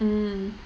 mm